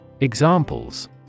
Examples